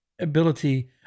ability